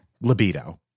Libido